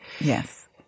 Yes